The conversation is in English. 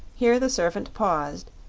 here the servant paused,